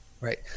Right